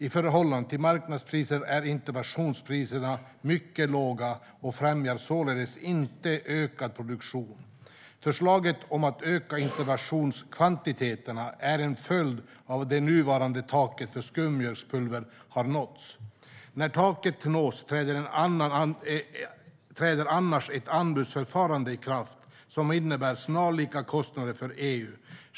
I förhållande till marknadspriset är interventionspriserna mycket låga och främjar således inte ökad produktion. Förslaget om att öka interventionskvantiteterna är en följd av att det nuvarande taket för skummjölkspulver har nåtts. När taket nås träder annars ett anbudsförfarande i kraft, som innebär snarlika kostnader för EU.